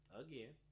again